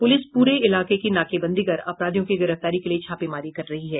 police पूरे इलाके की नाकेबंदी कर अपराधियों की गिरफ्तारी के लिए छापेमारी कर रही है